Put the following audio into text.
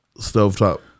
Stovetop